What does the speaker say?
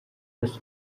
this